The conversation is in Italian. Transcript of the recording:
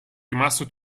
rimasto